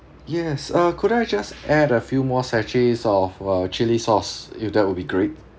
yes uh could I just add a few more sachets of uh chilli sauce if that would be great